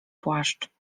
płaszcz